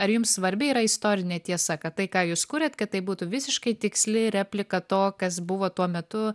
ar jum svarbi yra istorinė tiesa kad tai ką jūs kuriat kad tai būtų visiškai tiksli replika to kas buvo tuo metu